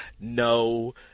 No